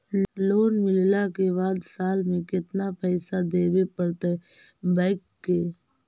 Loan मिलला के बाद साल में केतना पैसा देबे पड़तै बैक के?